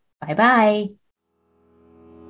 Bye-bye